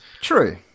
True